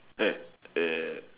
hey a